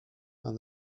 and